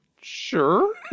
Sure